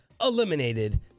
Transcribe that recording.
eliminated